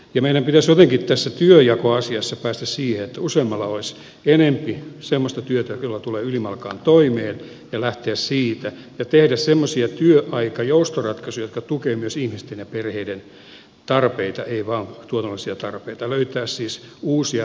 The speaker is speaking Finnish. meidän pitäisi jotenkin tässä työnjakoasiassa päästä siihen että useammalla olisi enempi semmoista työtä jolla tulee ylimalkaan toimeen ja lähteä siitä ja tehdä semmoisia työaikajoustoratkaisuja jotka tukevat myös ihmisten ja perheiden tarpeita ei vain tuotannollisia tarpeita löytää siis uusia lähestymistapoja